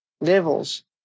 levels